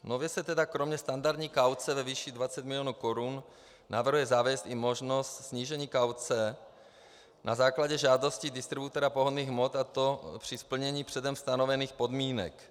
Nově se tedy kromě standardní kauce ve výši 20 milionů korun navrhuje zavést i možnost snížení kauce na základě žádosti distributora pohonných hmot, a to při splnění předem stanovených podmínek.